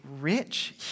rich